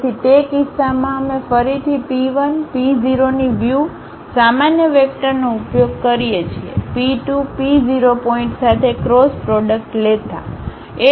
તેથી તે કિસ્સામાં અમે ફરીથી પી 1 પી 0 ની વ્યૂ સામાન્ય વેક્ટરનો ઉપયોગ કરીએ છીએ પી 2 પી 0 પોઇન્ટ સાથે ક્રોસ પ્રોડક્ટ લેતા